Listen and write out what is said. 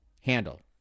handle